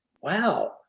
wow